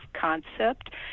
concept